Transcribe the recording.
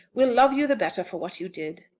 will love you the better for what you did.